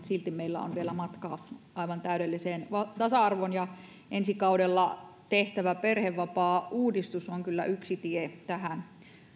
silti meillä on vielä matkaa aivan täydelliseen tasa arvoon ja ensi kaudella tehtävä perhevapaauudistus on kyllä yksi tie tähän